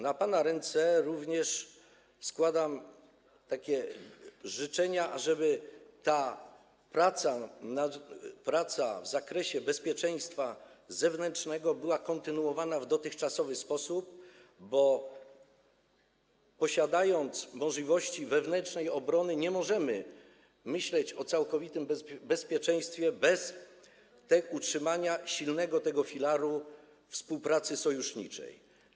Na pana ręce również składam życzenia, ażeby ta praca w zakresie bezpieczeństwa zewnętrznego była kontynuowana w dotychczasowy sposób, bo posiadając możliwości wewnętrznej obrony, nie możemy myśleć o całkowitym bezpieczeństwie bez utrzymania silnego filaru współpracy sojuszniczej.